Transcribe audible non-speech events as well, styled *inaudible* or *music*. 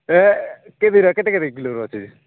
ସେ *unintelligible* କେତେ କେତେ କିଲୋ ଅଛି